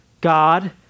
God